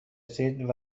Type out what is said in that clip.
رسید